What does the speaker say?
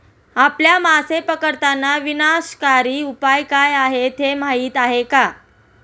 आपल्या मासे पकडताना विनाशकारी उपाय काय आहेत हे माहीत आहे का?